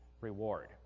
reward